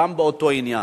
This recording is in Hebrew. גם באותו עניין,